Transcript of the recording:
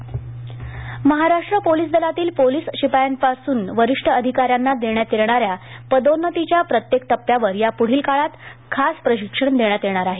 police प्रशिक्षण Maharashtra police दलातील police शिपायांपासून वरिष्ठ आधिकाऱ्याना देण्यात येणाऱ्या पदोन्नतीच्या प्रत्येक टप्यावर यापुढील काळात खास प्रशिक्षण देण्यात येणार आहे